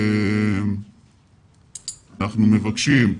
אנחנו מבקשים,